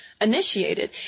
initiated